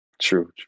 true